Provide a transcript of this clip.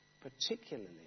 Particularly